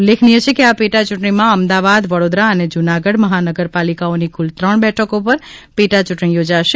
ઉલ્લેખનીય છે કે આ પેટા ચૂંટણીમાં અમદવાદ વડોદરા અને જૂનાગઢ મહાનગરપાલિકાઓની કુલ ત્રણ બેઠકો પર પેટા ચૂંટણી યોજાશે